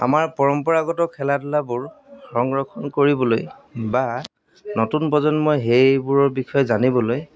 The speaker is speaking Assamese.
আমাৰ পৰম্পৰাগত খেলা ধূলাবোৰ সংৰক্ষণ কৰিবলৈ বা নতুন প্ৰজন্মই সেইবোৰৰ বিষয়ে জানিবলৈ